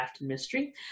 Mystery